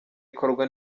ikorwa